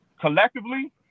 Collectively